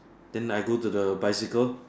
then I go to the bicycle